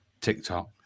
TikTok